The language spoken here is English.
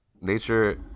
nature